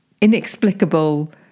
inexplicable